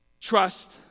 trust